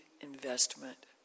investment